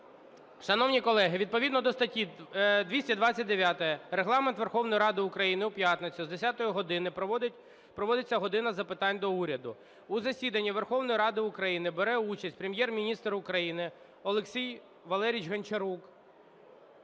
Шановні колеги, відповідно до статті 229 Регламенту Верховної Ради України у п'ятницю з 10 години проводиться "година запитань до Уряду". У засіданні Верховної Ради України бере участь Прем'єр-міністр України Олексій Валерійович Гончарук